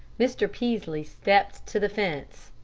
mr. peaslee stepped to the fence.